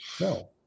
no